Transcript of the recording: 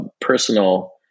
personal